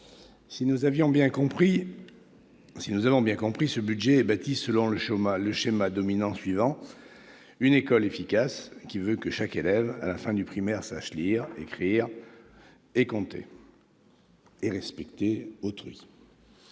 Si nous avons bien compris, ce projet de budget est bâti selon le schéma dominant suivant : une école efficace pour que chaque élève, à la fin du primaire, sache lire, écrire et compter, ainsi que respecter autrui.